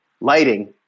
lighting